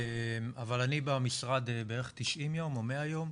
הרווחה והשירותים החברתיים איציק שמולי: